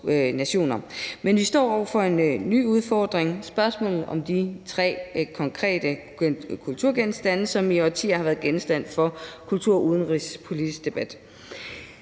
nationer, men vi står over for en ny udfordring. Spørgsmålet om de tre konkrete kulturgenstande har i årtier været genstand for kulturudenrigspolitisk debat.